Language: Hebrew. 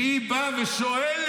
והיא באה ושואלת.